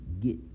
get